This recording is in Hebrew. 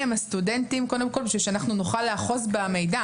הם הסטודנטים כדי שאנחנו נוכל לאחוז במידע.